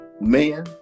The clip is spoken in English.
man